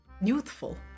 Youthful